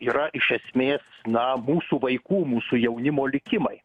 yra iš esmės na mūsų vaikų mūsų jaunimo likimai